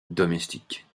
domestiques